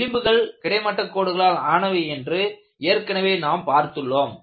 விளிம்புகள் கிடைமட்டக் கோடுகளால் ஆனவை என்று ஏற்கனவே நாம் பார்த்துள்ளோம்